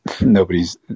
nobody's